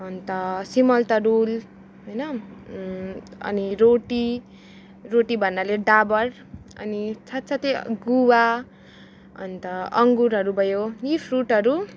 अन्त सिमल तरुल होइन अनि रोटी रोटी भन्नाले डाबर अनि साथ साथै गुवा अन्त अङ्गुरहरू भयो यी फ्रुटहरू